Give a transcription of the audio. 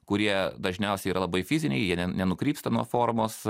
kurie dažniausiai yra labai fiziniai jie nenukrypsta nuo formos